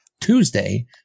Tuesday